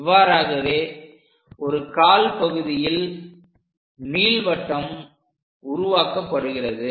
இவ்வாறாகவே ஒரு கால் பகுதியில் நீள்வட்டம் உருவாக்கப்படுகிறது